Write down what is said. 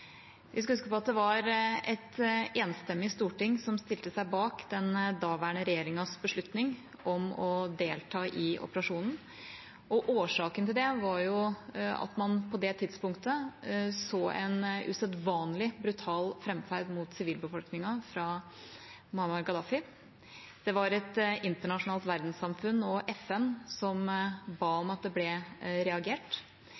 Vi skal huske på at det var et enstemmig storting som stilte seg bak den daværende regjeringas beslutning om å delta i operasjonen, og årsaken til det var at man på det tidspunktet så en usedvanlig brutal framferd mot sivilbefolkningen fra Muammar al-Gaddafi. Det var et internasjonalt verdenssamfunn og FN som ba